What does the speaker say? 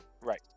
Right